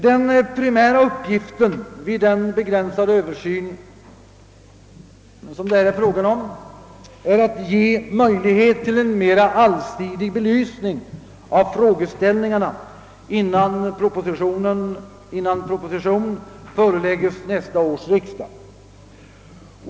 Den primära uppgiften vid den begränsade översyn det är fråga om är att ge möjligheter till en mera allsidig belysning av frågeställningarna, innan proposition förelägges nästa års riksdag.